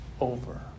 over